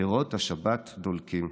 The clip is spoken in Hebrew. ונרות השבת דולקים.